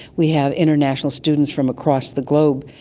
we have international students from across the globe,